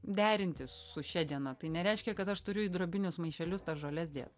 derinti su šia diena tai nereiškia kad aš turiu į drobinius maišelius tas žoles dėt